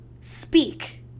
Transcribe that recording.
speak